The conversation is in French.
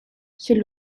c’est